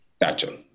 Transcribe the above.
Gotcha